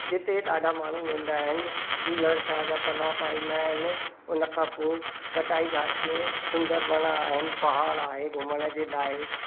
जिते ॾाढा माण्हू वेंदा आहिनि दूलण साहिब जा पलव पाईंदा आहिनि उनखां पोइ कटाई घाट में सुंदर वण आहिनि पहाड़ आहे घुमण जे लाइ